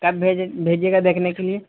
کب بھیجیں بھیجیے گا دیکھنے کے لیے